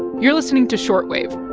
you're listening to short wave